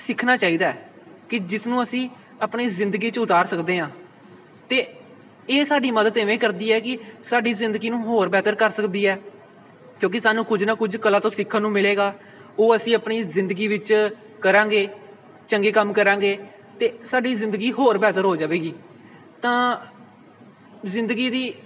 ਸਿਖਣਾ ਚਾਹੀਦਾ ਕਿ ਜਿਸ ਨੂੰ ਅਸੀਂ ਆਪਣੀ ਜ਼ਿੰਦਗੀ 'ਚ ਉਤਾਰ ਸਕਦੇ ਹਾਂ ਅਤੇ ਇਹ ਸਾਡੀ ਮਦਦ ਐਵੇਂ ਕਰਦੀ ਹੈ ਕਿ ਸਾਡੀ ਜ਼ਿੰਦਗੀ ਨੂੰ ਹੋਰ ਬਿਹਤਰ ਕਰ ਸਕਦੀ ਹੈ ਕਿਉਂਕਿ ਸਾਨੂੰ ਕੁਝ ਨਾ ਕੁਝ ਕਲਾ ਤੋਂ ਸਿੱਖਣ ਨੂੰ ਮਿਲੇਗਾ ਉਹ ਅਸੀਂ ਆਪਣੀ ਜ਼ਿੰਦਗੀ ਵਿੱਚ ਕਰਾਂਗੇ ਚੰਗੇ ਕੰਮ ਕਰਾਂਗੇ ਅਤੇ ਸਾਡੀ ਜ਼ਿੰਦਗੀ ਹੋਰ ਬਿਹਤਰ ਹੋ ਜਾਵੇਗੀ ਤਾਂ ਜ਼ਿੰਦਗੀ ਦੀ